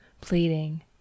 pleading